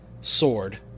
SWORD